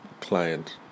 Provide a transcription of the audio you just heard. client